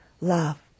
love